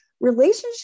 Relationship